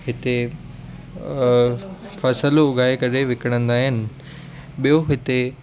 हिते फसलूं उघाए करे विकिणंदा आहिनि ॿियो हिते